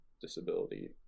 disability